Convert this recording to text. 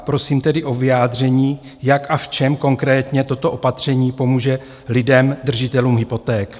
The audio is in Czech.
Prosím tedy o vyjádření, jak a v čem konkrétně toto opatření pomůže lidem, držitelům hypoték?